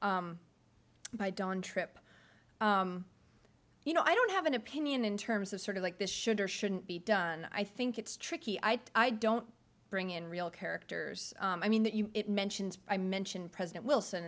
by don trip you know i don't have an opinion in terms of sort of like this should or shouldn't be done i think it's tricky i thought i don't bring in real characters i mean that you mentioned i mention president wilson